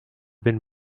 been